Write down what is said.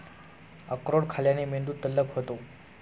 अक्रोड खाल्ल्याने मेंदू तल्लख होतो